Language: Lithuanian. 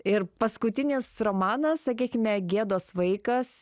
ir paskutinis romanas sakykime gėdos vaikas